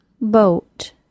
BOAT